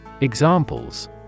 Examples